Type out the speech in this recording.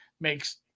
makes